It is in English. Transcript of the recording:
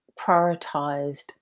prioritized